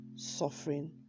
suffering